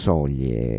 Soglie